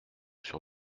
sur